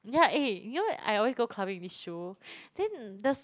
ya eh you know I always go clubbing with this shoe then the